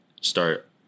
start